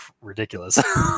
ridiculous